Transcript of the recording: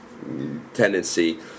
tendency